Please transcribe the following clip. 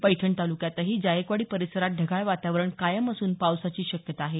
पैठण तालुक्यातही जायकवाडी परीसरात ढगाळ वातावरण कायम असून पावसाची शक्यता आहे